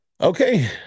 okay